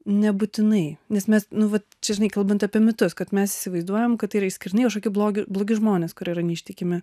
nebūtinai nes mes nu vat čia žinai kalbant apie mitus kad mes įsivaizduojam kad tai yra išskirtiniai kažkokie blogi blogi žmonės kurie yra neištikimi